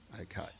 Okay